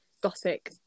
gothic